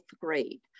grade